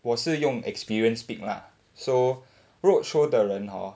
我是用 experience speak lah so roadshow 的人 hor